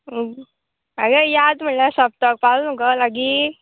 आगे याद म्हळ्यार सप्तक पावला न्ही गो लागीं